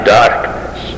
darkness